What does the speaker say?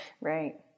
Right